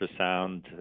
ultrasound